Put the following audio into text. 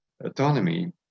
autonomy